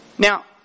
Now